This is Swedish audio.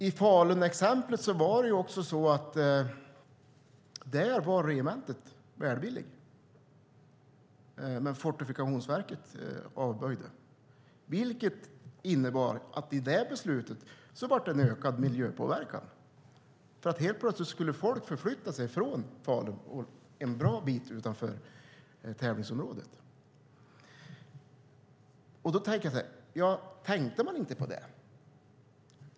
I Falunexemplet var det så att regementet var välvilligt men att Fortifikationsverket avböjde. Det innebar att det med detta beslut blev en ökad miljöpåverkan. Helt plötsligt skulle folk nämligen förflytta sig från Falun, och en bra bit utanför, till tävlingsområdet. Då tänker jag så här: Tänkte man inte på det?